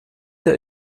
der